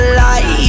light